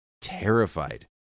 terrified